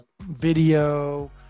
video